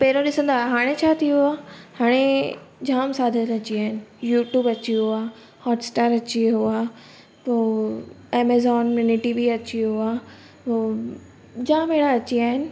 पहिरों ॾिसंदा हुया हाणे छा थी वियो आहे हाणे जाम साधन अची विया आहिनि यूट्यूब अची वियो आहे हॉटस्टार अची वियो आहे पोइ एमेज़ॉन मिनी टी वी अची वियो आहे उहो जाम अहिड़ा अची विया आहिनि